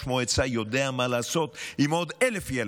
מועצה יודע מה לעשות עם עוד 1,000 ילדים,